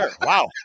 wow